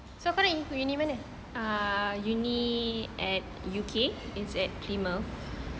ah uni at U_K is that premium